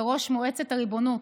לראש מועצת הריבונות,